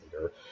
leader